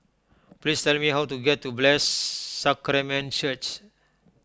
please tell me how to get to Blessed Sacrament Church